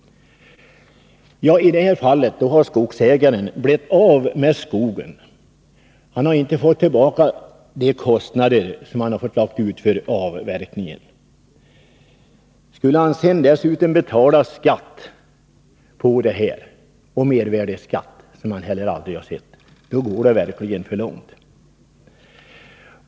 I detta fall har skogsägaren blivit av med skogen, och han har inte fått ersättning för de kostnader som uppstått vid avverkningen, ej heller för kommande kostnader för skogsvård. Skulle skogsägaren dessutom behöva betala mervärdeskatt och inkomstskatt, går det verkligen för långt.